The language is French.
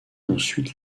ensuite